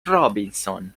robinson